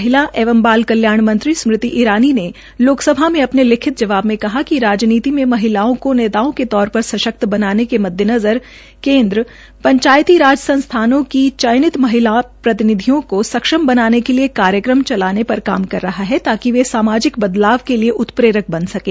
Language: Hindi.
महिला एवं बाल कल्याण मंत्री स्मृति ईरानी ने लोकसभा में अपने लिखित में कहा कि राजनीति मे महिलाओं को नेताओं के तौर पर सशक्त बनाने के मद्देनज़र केन्द्र पंचायती राज संस्थानों की चयनित महिला प्रतिनिधियों का सूक्षम बनाने बाले कार्यक्रम चलाने पर काम कर रहा है ताकि वे सामाजिक बदलाव के लिए उत्प्रेरक बन सकें